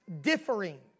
differing